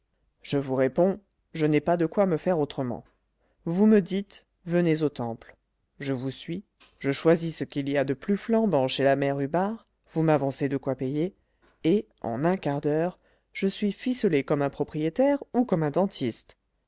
je vous réponds je n'ai pas de quoi me faire autrement vous me dites venez au temple je vous suis je choisis ce qu'il y a de plus flambant chez la mère hubart vous m'avancez de quoi payer et en un quart d'heure je suis ficelé comme un propriétaire ou comme un dentiste